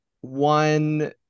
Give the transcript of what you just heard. one